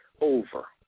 over